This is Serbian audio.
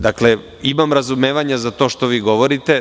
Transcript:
Dakle, imam razumevanja za to što vi govorite.